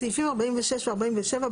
בסעיפים 46 ו-47,